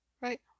right